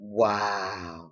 wow